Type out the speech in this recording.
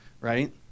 Right